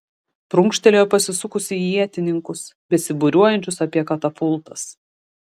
prunkštelėjo pasisukusi į ietininkus besibūriuojančius apie katapultas